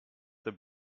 der